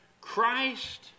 Christ